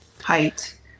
height